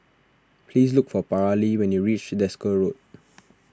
please look for Paralee when you reach Desker Road